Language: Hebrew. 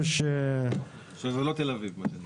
שזה לא תל אביב.